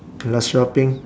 the last shopping